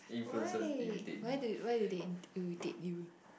why why do why do they irritate you